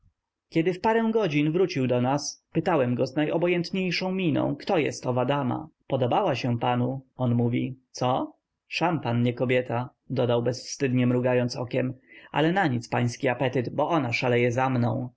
kiedy w parę godzin wrócił do nas pytałem go z najobojętniejszą miną kto jest owa dama podobała się panu on mówi co szampan nie kobieta dodał bezwstydnie mrugając okiem ale na nic pański apetyt bo ona szaleje za mną